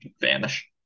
vanish